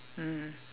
mm